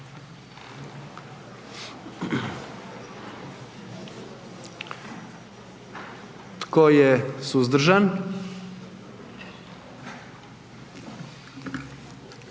Tko je suzdržan?